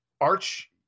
arch